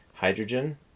hydrogen